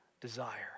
desire